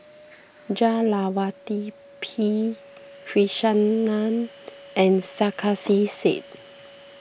Jah Lelawati P Krishnan and Sarkasi Said